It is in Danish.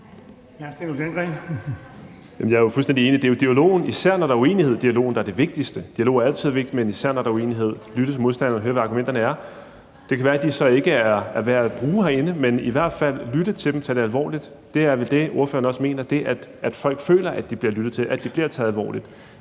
Jeg er fuldstændig enig; det er jo dialogen, især når der er uenighed, der er det vigtigste. Dialog er altid vigtigt, men især, når der er uenighed; altså at lytte til modstanderen og høre, hvad argumenterne er. Det kan være, at de så ikke er værd at bruge herinde, men man skal i hvert fald lytte til dem og tage det alvorligt. Det er vel også det, ordføreren mener, altså at folk føler, at de bliver lyttet til, at de bliver taget alvorligt.